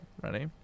ready